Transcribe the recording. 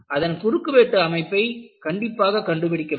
அதன் குறுக்குவெட்டு அமைப்பை கண்டிப்பாக கண்டுபிடிக்க வேண்டும்